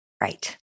Right